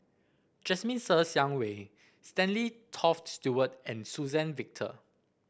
Jasmine Ser Xiang Wei Stanley Toft Stewart and Suzann Victor